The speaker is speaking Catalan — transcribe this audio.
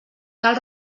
cal